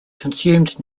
consumed